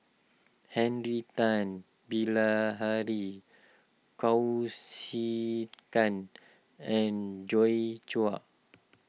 Henry Tan Bilahari Kausikan and Joi Chua